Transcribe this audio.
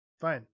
fine